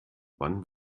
wann